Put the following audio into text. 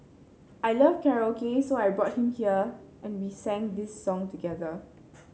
I love karaoke so I brought him there and we sang this song together